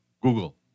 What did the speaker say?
Google